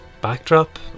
backdrop